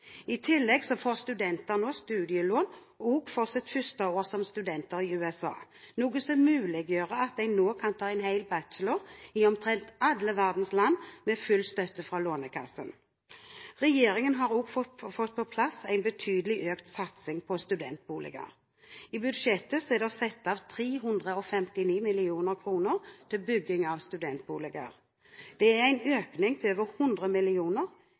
I tillegg får studentene nå studielån også for sitt første år som studenter i USA, noe som muliggjør at en nå kan ta en hel bachelorgrad i omtrent alle verdens land med full støtte fra Lånekassen. Regjeringen har også fått på plass en betydelig økt satsing på studentboliger. I budsjettet er det satt av 359 mill. kr til bygging av studentboliger. Det er en økning på over 100